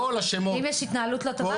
כל השמות -- אם יש התנהלות לא טובה,